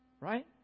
right